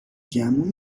گمون